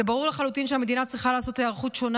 ברור לחלוטין שהמדינה צריכה לעשות היערכות שונה